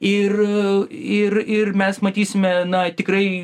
ir ir ir mes matysime na tikrai